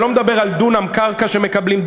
אני לא מדבר על דונם קרקע שמקבלים.